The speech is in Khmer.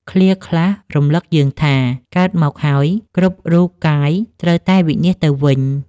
ឃ្លាខ្លះ រំលឹកយើងថា កើតមកហើយ គ្រប់រូបកាយត្រូវតែវិនាសទៅវិញ។